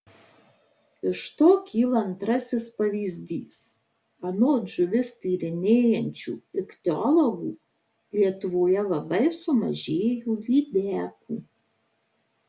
iš to kyla antrasis pavyzdys anot žuvis tyrinėjančių ichtiologų lietuvoje labai sumažėjo lydekų